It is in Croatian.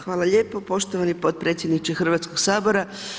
Hvala lijepo poštovani potpredsjedniče Hrvatskog sabora.